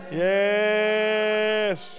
yes